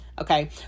okay